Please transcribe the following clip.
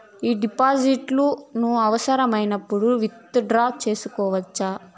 ఈ డిపాజిట్లను అవసరమైనప్పుడు విత్ డ్రా సేసుకోవచ్చా?